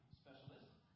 specialist